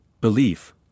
Belief